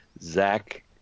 Zach